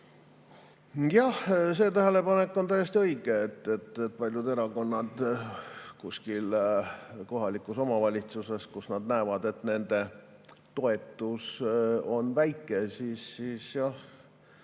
Jah, see tähelepanek on täiesti õige, et paljud erakonnad kuskil kohalikus omavalitsuses, kus nende toetus on väike, peidavad